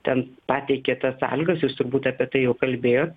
ten pateikė tas sąlygas jūs turbūt apie tai jau kalbėjot